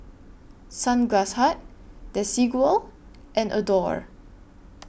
Sunglass Hut Desigual and Adore